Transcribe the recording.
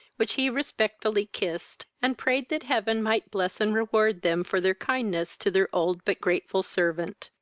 which he respectfully kissed, and preyed that heaven might bless and reward them for their kindness to their old but grateful servant.